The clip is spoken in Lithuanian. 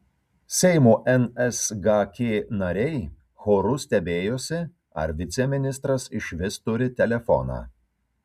seimo nsgk nariai choru stebėjosi ar viceministras išvis turi telefoną